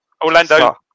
Orlando